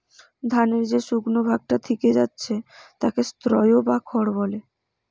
ধানের যে শুকনো ভাগটা থিকে যাচ্ছে তাকে স্ত্রও বা খড় বলে